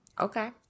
Okay